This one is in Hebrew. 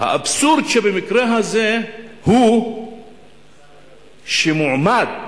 האבסורד שבמקרה הזה הוא שמועמד שנכשל,